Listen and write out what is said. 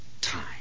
time